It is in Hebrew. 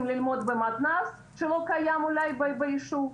ללמוד במתנ"ס שלא קיים אולי ביישוב.